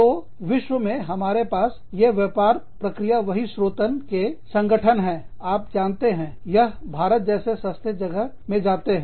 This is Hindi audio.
तो विश्व में हमारे पास ये व्यापार प्रक्रिया बहिस्रोतन के संगठन है आप जानते हैं यह भारत जैसे सस्ते जगहों में जाते हैं